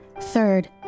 Third